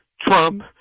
trump